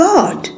God